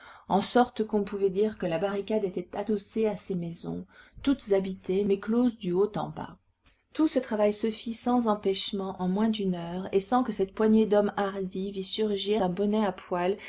en sorte qu'on pouvait dire que la barricade était adossée à ces maisons toutes habitées mais closes du haut en bas tout ce travail se fit sans empêchement en moins d'une heure et sans que cette poignée d'hommes hardis vît surgir un bonnet à poil